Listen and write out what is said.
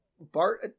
Bart